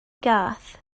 gath